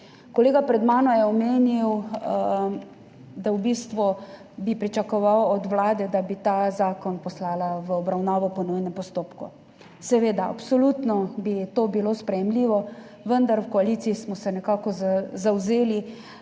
Kolega pred mano je omenil, da bi v bistvu pričakoval od vlade, da bi ta zakon poslala v obravnavo po nujnem postopku. Seveda, absolutno bi to bilo sprejemljivo, vendar smo se v koaliciji nekako zavzeli